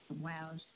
Wow